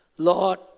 Lord